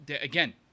again